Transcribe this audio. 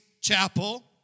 chapel